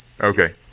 Okay